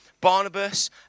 Barnabas